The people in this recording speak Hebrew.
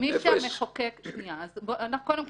קודם כול,